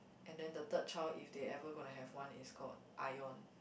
and then the third child if they ever gonna have one is called Ion